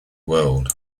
world